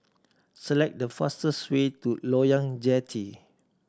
select the fastest way to Loyang Jetty